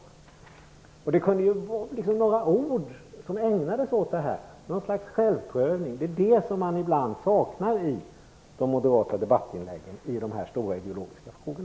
Några ord kunde ju ägnas åt detta. Man kunde begära något slags självprövning. Det saknar man i de moderata debattinläggen i dessa stora ideologiska frågor.